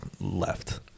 left